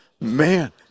man